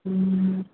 ହୁଁ